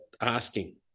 asking